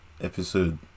episode